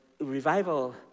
revival